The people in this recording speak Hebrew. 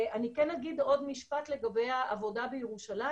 אני כן אגיד עוד משפט לגבי העבודה בירושלים.